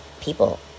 people